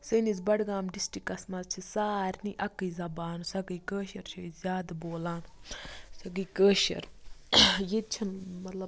سٲنِس بڈگام ڈِسٹرکَس منٛز چھِ سارنٕے اَکٕے زَبان سۄ گٔے کٲشِر چھِ أسۍ زیادٕ بولان سۄ گٔے کٲشِر ییٚتہِ چھنہٕ مطلب